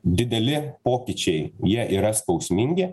dideli pokyčiai jie yra skausmingi